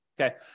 Okay